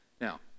Now